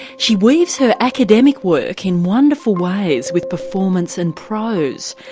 she weaves her academic work in wonderful ways with performance and prose,